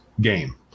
game